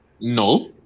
No